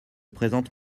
présente